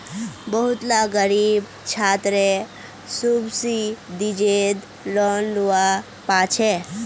बहुत ला ग़रीब छात्रे सुब्सिदिज़ेद लोन लुआ पाछे